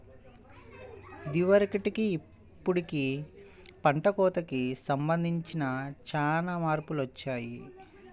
ఇదివరకటికి ఇప్పుడుకి పంట కోతకి సంబంధించి చానా మార్పులొచ్చాయ్